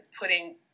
putting